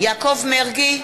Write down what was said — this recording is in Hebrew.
יעקב מרגי,